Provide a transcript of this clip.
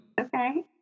Okay